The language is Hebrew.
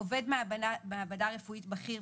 עובד מעבדה רפואית בכיר",